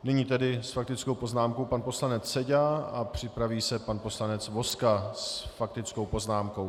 Nyní tedy s faktickou poznámkou pan poslanec Seďa a připraví se pan poslanec Vozka s faktickou poznámkou.